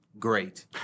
great